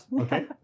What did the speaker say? Okay